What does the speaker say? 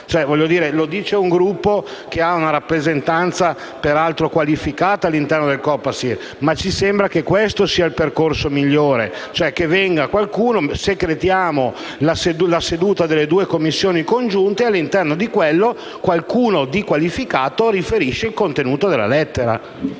Lo dice un Gruppo che ha una rappresentanza peraltro qualificata all'interno del Copasir: ci sembra che questo sia il percorso migliore, cioè che venga segretata la seduta delle due Commissioni riunite e che in quella sede qualcuno qualificato riferisca sul contenuto della lettera.